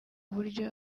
uburyo